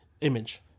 Image